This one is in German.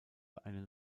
einen